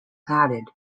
added